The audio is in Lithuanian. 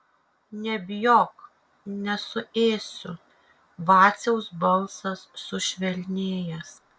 nebijok nesuėsiu vaciaus balsas sušvelnėjęs